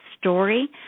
story